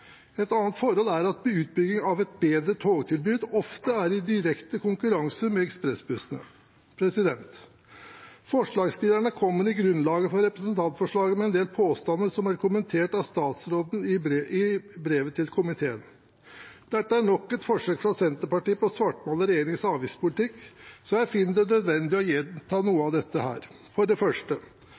Et annet forhold er at utbyggingen av et bedre togtilbud ofte er i direkte konkurranse med ekspressbussene. Forslagsstillerne kommer i grunnlaget for representantforslaget med en del påstander som er kommentert av statsråden i brevet til komiteen. Dette er nok et forsøk fra Senterpartiet på å svartmale regjeringens avgiftspolitikk, så jeg finner det nødvendig å gjenta noe av dette her. For det første: